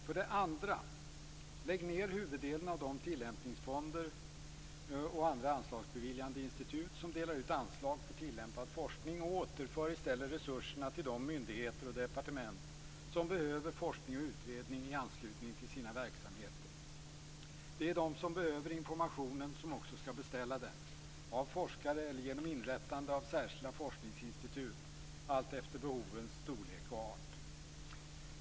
För det andra: Lägg ned huvuddelen av de tillämpningsfonder och andra anslagsbeviljande institut som delar ut anslag för tillämpad forskning och återför i stället resurserna till de myndigheter och departement som behöver forskning och utredning i anslutning till sina verksamheter! Det är de som behöver informationen som skall beställa den, av forskare eller genom inrättande av särskilda forskningsinstitut, alltefter behovens storlek och art.